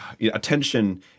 attention